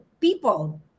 people